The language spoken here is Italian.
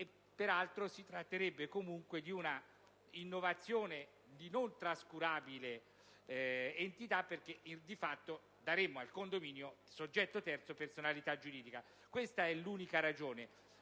giuridica. Si tratterebbe comunque di un'innovazione di non trascurabile entità, perché di fatto daremmo al condominio, soggetto terzo, personalità giuridica. Questa è l'unica ragione